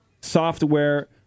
software